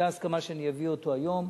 היתה הסכמה שאני אביא אותו היום